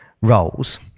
roles